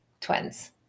twins